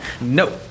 Nope